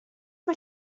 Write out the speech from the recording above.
mae